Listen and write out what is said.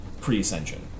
pre-ascension